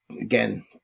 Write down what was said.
again